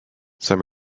some